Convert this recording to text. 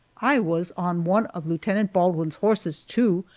i was on one of lieutenant baldwin's horses, too,